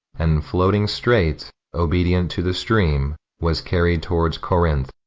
and, floating straight, obedient to the stream, was carried towards corinth,